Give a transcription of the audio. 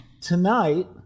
Tonight